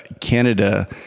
Canada